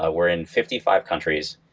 ah we're in fifty five countries.